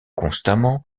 constamment